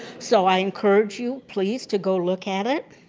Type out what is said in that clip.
so i encourage you, please, to go look at it.